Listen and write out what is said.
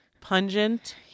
pungent